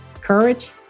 courage